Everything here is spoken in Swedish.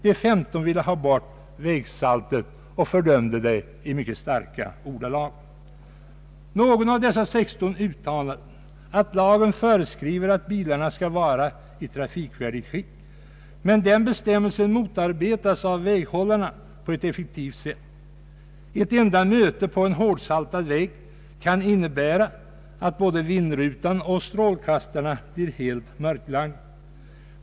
De övriga ville ha bort vägsaltet och fördömde det i mycket starka ordalag. Någon av dessa 16 uttalade att lagen föreskriver att bilarna skall vara i trafikvärdigt skick men att den bestämmelsen motarbetades av väghållarna på ett effektivt sätt. Ett enda möte på en hårdsaltad väg kan innebära att både vindrutan och strålkastarna blir helt mörklagda.